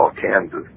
Kansas